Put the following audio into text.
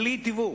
בלי תיווך,